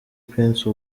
pence